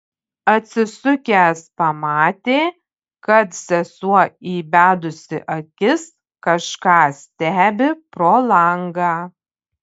atsisukęs pamatė kad sesuo įbedusi akis kažką stebi pro langą